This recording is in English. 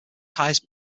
highest